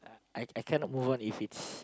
I I can not move if it's